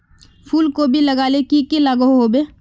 फूलकोबी लगाले की की लागोहो होबे?